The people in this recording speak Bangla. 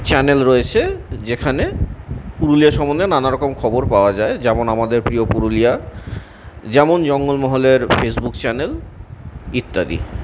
চ্যানেল রয়েছে যেখানে পুরুলিয়া সম্বন্ধে নানারকম খবর পাওয়া যায় যেমন আমাদের প্রিয় পুরুলিয়া যেমন জঙ্গলমহলের ফেসবুক চ্যানেল ইত্যাদি